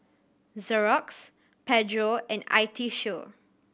Xorex Pedro and I T Show